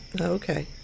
Okay